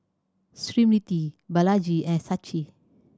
Smriti Balaji and Sachin